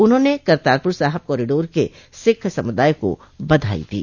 उन्होंने करतारपुर साहिब कॉरिडोर खुलने की सिक्ख समुदाय को बधाई दी